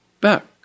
back